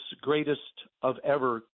greatest-of-ever